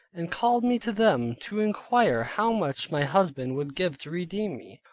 and called me to them to inquire how much my husband would give to redeem me.